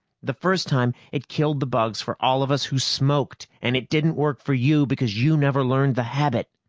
the first time, it killed the bugs for all of us who smoked and it didn't work for you because you never learned the habit.